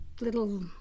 little